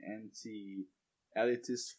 anti-elitist